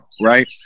right